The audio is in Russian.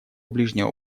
ближнего